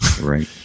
Right